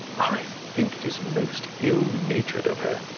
i think it is most ill-natured of her.